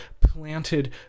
planted